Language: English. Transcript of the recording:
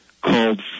called